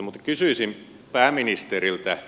mutta kysyisin pääministeriltä